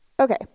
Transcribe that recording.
Okay